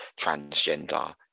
transgender